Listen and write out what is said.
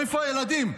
איפה הילדים?